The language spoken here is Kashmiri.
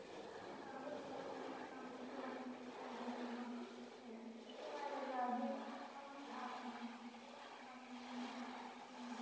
اِنسان اَگر صبُحس نیرِ شامَس ییہِ دۄہَس اِنسان اَکہِ دۄیہِ پھِرِ مَتُھن کیٚنٛہہ سُہ چھُ بیٚیہِ واریاہ زیادٕ ہلکہٕ باسان بٔتِھس پٮ۪ٹھ باسان کیٚنٛہہ بٔتھِس پٮ۪ٹھ چھُ کیٚنٛہہ موٚتھمُت